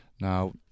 Now